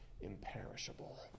imperishable